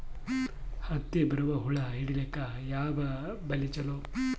ಹತ್ತಿಗ ಬರುವ ಹುಳ ಹಿಡೀಲಿಕ ಯಾವ ಬಲಿ ಚಲೋ?